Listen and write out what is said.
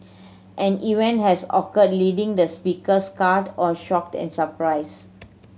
an event has occur leaving the speaker scared or shocked and surprised